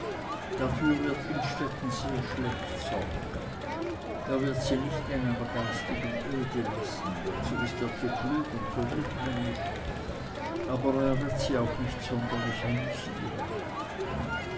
dafür wird innstetten sehr schlecht sorgen er wird sie nicht in einer geistigen ode lassen dazu ist er zu klug und zu weltmännisch aber er wird sie auch nicht sonderlich amüsieren